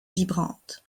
vibrante